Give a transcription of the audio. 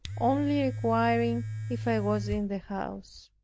only requiring if i was in the house.